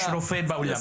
יש רופא באולם.